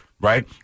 right